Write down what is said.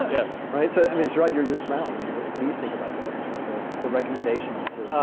yes. right? so i mean, sharad you're you're smiling. i mean, what do you think about that in terms of the recommendations too?